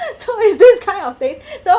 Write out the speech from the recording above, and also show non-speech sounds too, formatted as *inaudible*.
*laughs* so it's this kind of things so